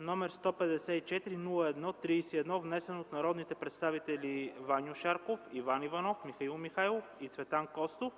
№ 154-01-31, внесен от народните представители Ваньо Шарков, Иван Иванов, Михаил Михайлов и Цветан Костов